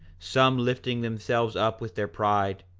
some lifting themselves up with their pride,